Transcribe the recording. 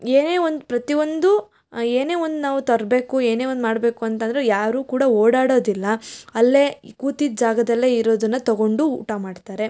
ಏನೇ ಒಂದು ಪ್ರತಿಯೊಂದೂ ಏನೇ ಒಂದು ನಾವು ತರಬೇಕು ಏನೇ ಒಂದು ಮಾಡಬೇಕು ಅಂತಂದ್ರೂ ಯಾರೂ ಕೂಡ ಓಡಾಡೋದಿಲ್ಲ ಅಲ್ಲೇ ಕೂತಿದ್ದ ಜಾಗದಲ್ಲೇ ಇರೋದನ್ನು ತೊಗೊಂಡು ಊಟ ಮಾಡ್ತಾರೆ